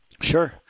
Sure